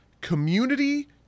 community